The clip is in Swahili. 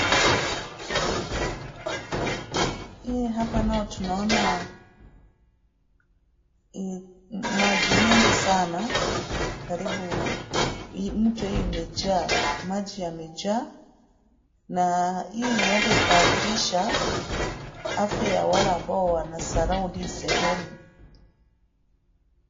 Hii hapa nayo tunaona maji mengi sana karibu hii mto imejaa. Maji yamejaa na hii huenda ikadhirisha afya ya wale ambao wana surround hii sehemu.